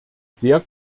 sehr